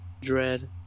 dread